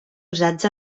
usats